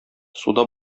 суда